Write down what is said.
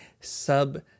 sub-